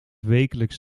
wekelijks